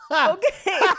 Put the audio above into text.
Okay